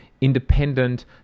independent